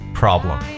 problem